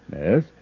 Yes